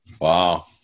Wow